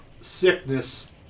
sickness